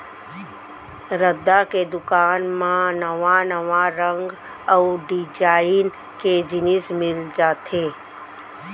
रद्दा के दुकान म नवा नवा रंग अउ डिजाइन के जिनिस मिल जाथे